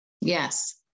Yes